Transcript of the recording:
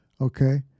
okay